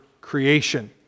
creation